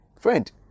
Friend